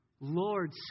Lord